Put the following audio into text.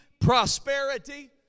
prosperity